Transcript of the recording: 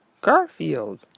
Garfield